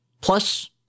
plus